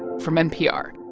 from npr